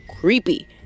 creepy